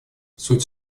суть